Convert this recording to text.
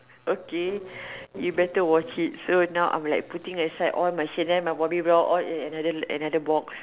okay you better watch it so now I am like putting aside all my channel my Bobbybell all in another another box